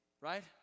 right